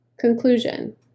Conclusion